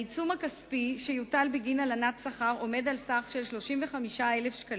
העיצום הכספי שיוטל בגין הלנת שכר עומד על סך של 35,000 ש"ח.